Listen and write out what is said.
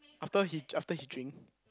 after he after he drink